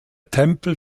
tempel